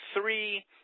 three